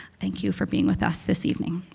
thank you for being with us this evening.